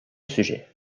sujet